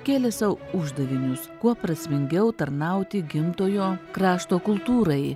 kėlė sau uždavinius kuo prasmingiau tarnauti gimtojo krašto kultūrai